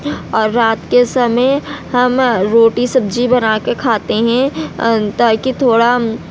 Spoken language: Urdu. اور رات کے سمئے ہم روٹی سبزی بنا کے کھاتے ہیں تاکہ تھوڑا